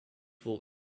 will